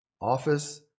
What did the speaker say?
office